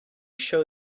show